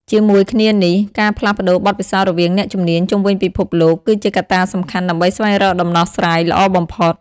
ជាមួយគ្នានេះ ការផ្លាស់ប្ដូរបទពិសោធន៍រវាងអ្នកជំនាញជុំវិញពិភពលោក គឺជាកត្តាសំខាន់ដើម្បីស្វែងរកដំណោះស្រាយល្អបំផុត។